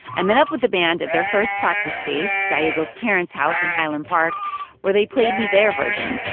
i met up with the band at their first practice space gallegos' parents' house in highland park where they played me their version